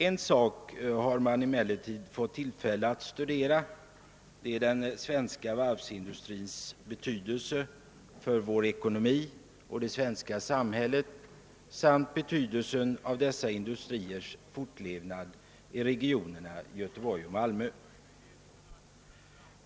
En sak har man emellertid fått tillfälle att studera: den svenska varvsindustrins betydelse för vår ekonomi och det svenska samhället samt betydelsen av dessa industriers fortlevnad i regionerna Göteborg och Malmö.